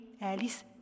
Alice